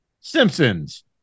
Simpsons